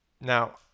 now